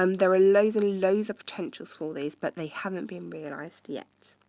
um there are loads and loads of potentials for these, but they haven't been realized yet.